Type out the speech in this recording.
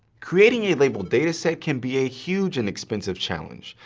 creating a labeled dataset can be a huge and expensive challenge,